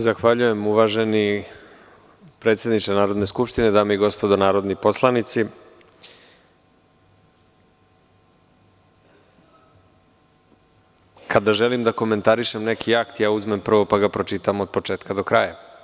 Zahvaljujem uvaženi predsedniče Narodne skupštine, dame i gospodo narodni poslanici, kada želim da komentarišem neki akt ja uzmem prvo pa ga pročitam od početka do kraja.